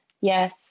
yes